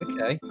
Okay